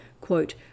Quote